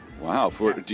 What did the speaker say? wow